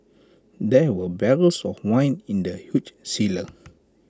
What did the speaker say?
there were barrels of wine in the huge cellar